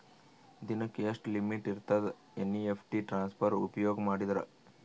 ದಿನಕ್ಕ ಎಷ್ಟ ಲಿಮಿಟ್ ಇರತದ ಎನ್.ಇ.ಎಫ್.ಟಿ ಟ್ರಾನ್ಸಫರ್ ಉಪಯೋಗ ಮಾಡಿದರ?